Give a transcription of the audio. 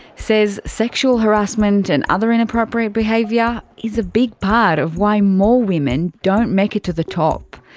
says sexual harassment and other inappropriate behaviour is a big part of why more women don't make it to the top.